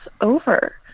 over